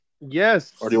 Yes